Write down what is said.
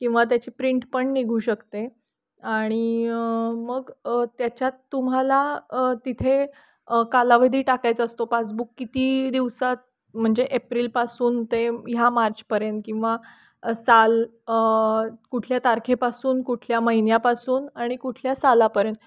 किंवा त्याची प्रिंट पण निघू शकते आणि मग त्याच्यात तुम्हाला तिथे कालावधी टाकायचा असतो पासबुक किती दिवसात म्हणजे एप्रिलपासून ते ह्या मार्चपर्यंत किंवा साल कुठल्या तारखेपासून कुठल्या महिन्यापासून आणि कुठल्या सालापर्यंत